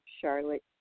Charlotte